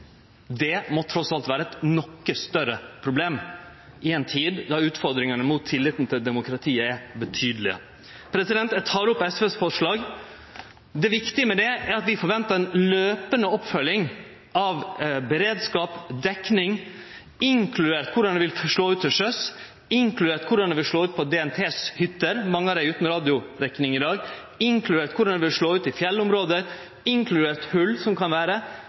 Det må trass alt vere eit noko større problem i ei tid då utfordringane med tilliten til demokratiet er betydeleg. Eg tek opp SVs forslag. Det viktige med det er at vi forventar ei løpande oppfølging av beredskap og dekning, inkludert korleis det vil slå ut til sjøs, inkludert korleis det vil slå ut på DNTs hytter, mange av dei er utan radiodekning i dag, inkludert korleis det vil slå ut i fjellområde, inkludert hol som kan vere,